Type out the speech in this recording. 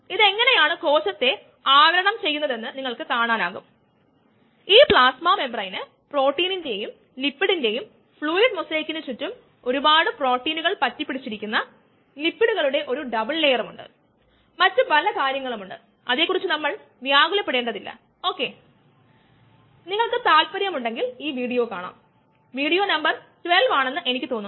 അതായത് k 3 Ets Km S അതും enzyme substrate complex concentration times V Substituting rPk3 EtSKmS എന്നിട്ട് നമ്മൾ k3 E t ആണെന്ന് പറയുക ആണെൻകിൽ k 3 ടോട്ടൽ എൻസൈം കോൺസെൻട്രേഷൻ അതിനെ നമ്മൾ vm എന്ന് വിളിക്കുന്നുവെങ്കിൽr P എന്നത് vm S K m S V ആകും r P ഒരു മാസിന്റെ അടിസ്ഥാനത്തിലാണെന്ന കാര്യം ശ്രദ്ധിക്കുക